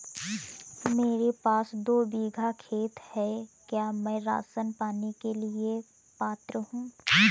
मेरे पास दो बीघा खेत है क्या मैं राशन पाने के लिए पात्र हूँ?